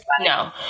No